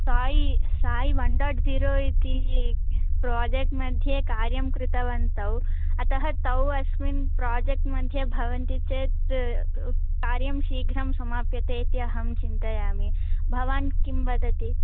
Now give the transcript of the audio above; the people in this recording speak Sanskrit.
सायी सायी ओन् डाट् ज़ीरो इति प्राजेक्ट् मध्ये कार्यं कृतवन्तौ अतः तौ अस्मिन् प्राजेक्ट् मध्ये भवन्ति चेत् कार्यं शीघ्रं समाप्यते इति अहं चिन्तयामि भवान् किं वदति